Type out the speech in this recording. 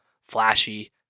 Flashy